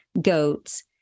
goats